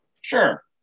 sure